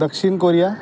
दक्षिण कोरिया